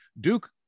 Duke